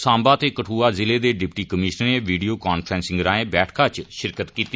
सांबा ते कठुआ ज़िलें दे डिप्टी कमीशनरें वीडियो कांफ्रैंसिंग राएं बैठका च शिरकत कीती